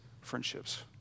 friendships